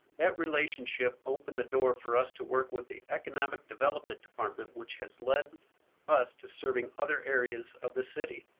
that relationship opened the door for us to work with the economic development department, which has led us to serving other areas of the city.